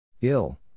Ill